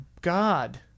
God